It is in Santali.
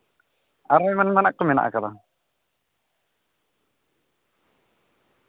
ᱟᱨᱦᱚᱸ ᱮᱢᱟᱱ ᱮᱢᱟᱱᱟᱜ ᱠᱚ ᱢᱮᱱᱟᱜ ᱠᱟᱫᱟ